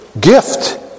gift